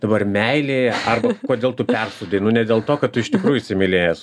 dabar meilėje ar kodėl tu persūdei nu ne dėl to kad tu iš tikrųjų įsimylėjęs